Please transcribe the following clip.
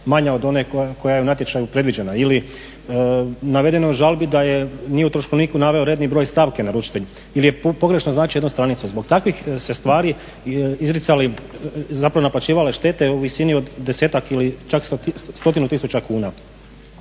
manje od one koja je u natječaju predviđena ili navedeno je u žalbi da nije u troškovniku naveo redni broj stavke naručitelj ili je pogrešno označio jednu stranicu. Zbog takvih su se stvari izricali, zapravo naplaćivale štete u visini od desetak ili čak stotinu tisuća kuna.